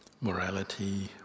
morality